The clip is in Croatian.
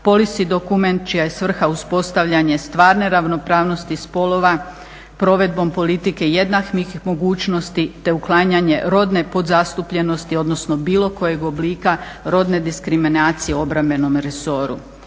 policy dokument čija je svrha uspostavljanje stvarne ravnopravnosti spolova provedbom politike jednakih mogućnosti, te uklanjanje rodne podzastupljenosti odnosno bilo kojeg oblika rodne diskriminacije u obrambenom resoru.